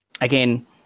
again